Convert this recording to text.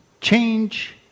Change